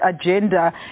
agenda